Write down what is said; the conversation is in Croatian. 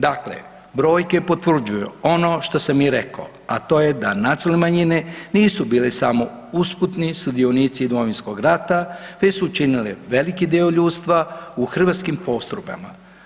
Dakle, brojke potvrđuju ono što sam i rekao, a to je da nacionalne manjine nisu bile samo usputni sudionici Domovinskog rata te su činile velik dio ljudstva u hrvatskim postrojbama.